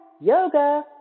yoga